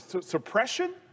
suppression